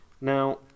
Now